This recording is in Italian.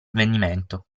avvenimento